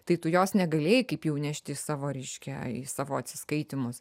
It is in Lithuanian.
tai tu jos negalėjai kaip jau nešti į savo reiškia į savo atsiskaitymus